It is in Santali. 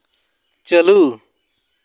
ᱪᱟᱹᱞᱩ